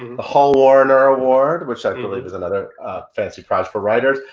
the hull-warriner award, which i believe is another fancy prize for writers.